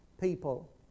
people